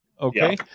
Okay